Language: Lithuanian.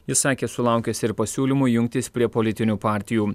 jis sakė sulaukęs ir pasiūlymų jungtis prie politinių partijų